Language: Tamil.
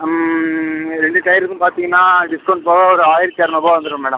ரெண்டு டயருக்கும் பார்த்தீங்கன்னா டிஸ்கௌண்ட் போக ஒரு ஆயிரத்தி அறநூறுபா வந்துடும் மேடம்